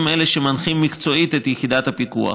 והם שמנחים מקצועית את יחידת הפיקוח,